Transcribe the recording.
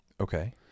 Okay